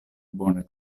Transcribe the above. bone